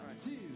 two